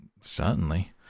Certainly